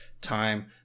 time